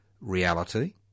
reality